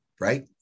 right